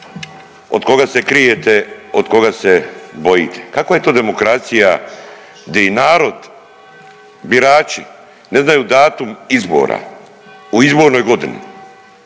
Od koga se krijete od koga se bojite? Kakva je to demokracija di narod birači ne znaju datum izbora u izbornoj godini?